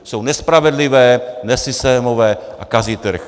Jsou nespravedlivé, nesystémové a kazí trh.